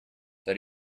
that